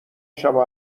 شبو